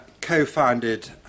co-founded